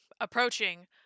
approaching